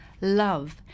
Love